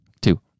Two